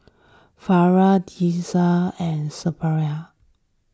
Farah Deris and Suraya